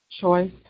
choice